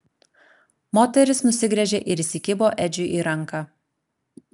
moteris nusigręžė ir įsikibo edžiui į ranką